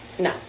No